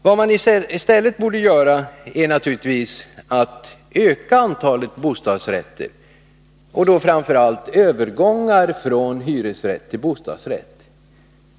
Vad riksdagen borde göra är naturligtvis att se till att antalet bostadsrätter ökar, framför allt att främja övergångar från hyresrätt till bostadsrätt.